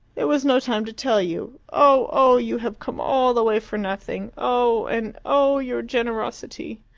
there was no time to tell you. oh. oh! you have come all the way for nothing. oh! and oh, your generosity!